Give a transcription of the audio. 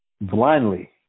blindly